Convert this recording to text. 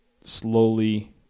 slowly